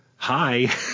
Hi